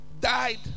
died